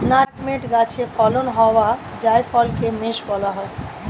nutmeg গাছে ফলন হওয়া জায়ফলকে মেস বলা হয়